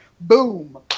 Boom